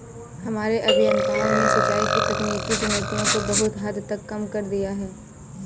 हमारे अभियंताओं ने सिंचाई की तकनीकी चुनौतियों को बहुत हद तक कम कर दिया है